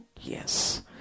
yes